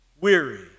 weary